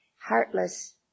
heartless